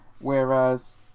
whereas